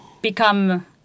become